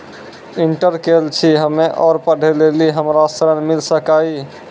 Inter केल छी हम्मे और पढ़े लेली हमरा ऋण मिल सकाई?